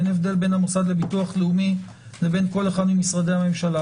אין הבדל בין המוסד לביטוח לאומי לבין כל אחד ממשרדי הממשלה,